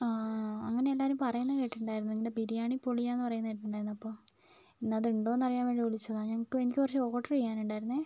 ആ അങ്ങനെ എല്ലാവരും പറയുന്നത് കേട്ടിട്ടുണ്ടായിരുന്നു ഇങ്ങനെ ബിരിയാണി പൊളിയാന്ന് പറയുന്നത് കേട്ടിട്ടുണ്ടായിരുന്നു അപ്പോൾ ഇന്നത് ഉണ്ടൊന്നറിയാൻ വേണ്ടി വിളിച്ചതാണ് ഞങ്ങൾക്ക് എനിക്ക് കുറച്ച് ഓർഡർ ചെയ്യാനുണ്ടായിരുന്നു